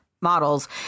models